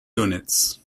units